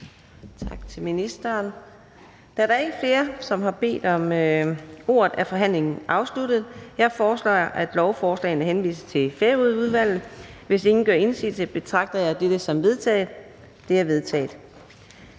tak til ordføreren. Da der ikke er flere, som har bedt om ordet, er forhandlingen sluttet. Jeg foreslår, at forslaget til folketingsbeslutning henvises til Retsudvalget. Hvis ingen gør indsigelse, betragter jeg det som vedtaget. Det er vedtaget.